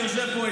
שישב פה,